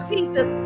Jesus